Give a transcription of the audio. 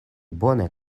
bone